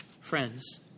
Friends